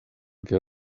que